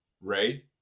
Ray